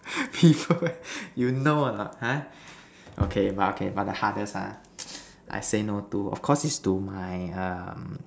you know or not ha okay but okay but the hardest ah I say no to of course is to my um